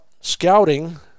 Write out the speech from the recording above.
scouting